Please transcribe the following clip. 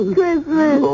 Christmas